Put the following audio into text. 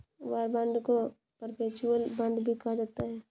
war bond को perpetual bond भी कहा जाता है